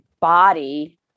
body